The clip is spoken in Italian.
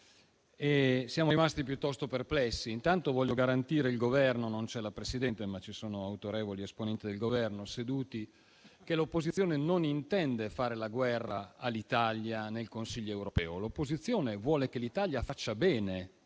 siamo rimasti piuttosto perplessi. Intanto desidero garantire al Governo (non c'è la Presidente del Consiglio, ma ci sono autorevoli esponenti del Governo) che l'opposizione non intende fare la guerra all'Italia nel Consiglio europeo; l'opposizione vuole che l'Italia faccia bene